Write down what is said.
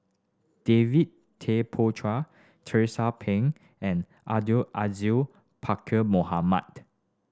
David Tay Poey Char Tracie Pang and Abdul Aziz Pakkeer Mohamed